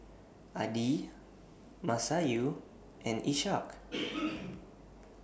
Adi Masayu and Ishak